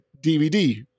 DVD